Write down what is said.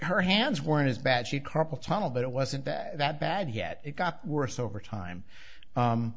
her hands weren't as bad she carpal tunnel but it wasn't that bad yet it got worse over time